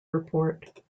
report